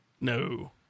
No